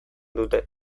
dute